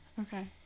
Okay